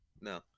No